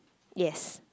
yes